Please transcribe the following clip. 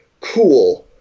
cool